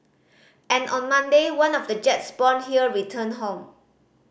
and on Monday one of the jets born here returned home